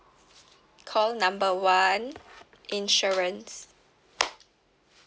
call number one insurance